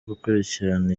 gukurikirana